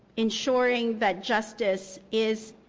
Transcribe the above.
ensuring that justice is